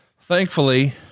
Thankfully